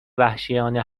وحشیانه